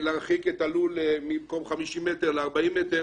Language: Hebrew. להרחיב את הלול במקום 50 מטרים ל-40 מטרים.